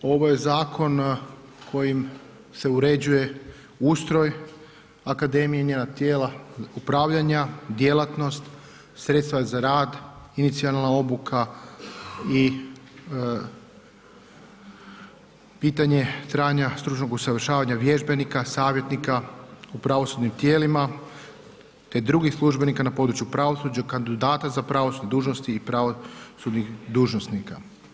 Ovo je zakon kojim se uređuje ustroj akademije i njena tijela upravljanja, djelatnost, sredstva za rad, inicijalna obuka i pitanje trajanja stručnog usavršavanja vježbenika, savjetnika u pravosudnim tijelima te drugih službenika na području pravosuđa, kandidata za pravosuđe, dužnosti i pravosudnih dužnosnika.